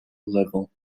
level